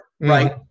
right